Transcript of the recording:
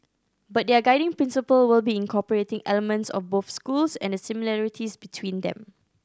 but their guiding principle will be incorporating elements of both schools and the similarities between them